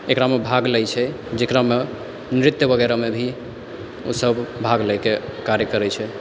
एकरमे भाग लै छै जेकरामे नृत्य वगैरहमे भी ओसब भाग लैके कार्य करै छै